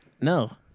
No